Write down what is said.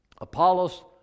Apollos